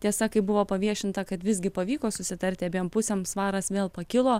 tiesa kai buvo paviešinta kad visgi pavyko susitarti abiem pusėm svaras vėl pakilo